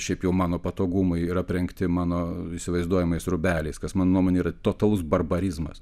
šiaip jau mano patogumui ir aprengti mano įsivaizduojamais rūbeliais kas mano nuomone yra totalus barbarizmas